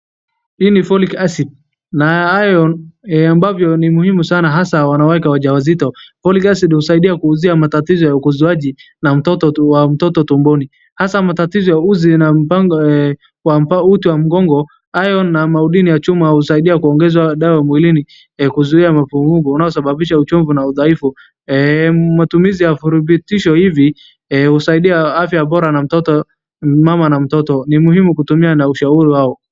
Hii ni Folic acid na Iron ambavyo ni muhimu sana hasa wanawake wajawazito. Folic acid husaidia kuuzia matatizo ya ukuzaji na mtoto tumboni. Hasa matatizo ya uzi na uti wa mgongo ayo na maudini ya chuma husaidia kuongeza dawa mwilini kuzuia mapungufu yanasababisha uchovu na udhaifu. Matumizi ya virutubisho hivi husaidia afya bora na mtoto, mama na mtoto, ni muhimu kutumia na ushauri wao.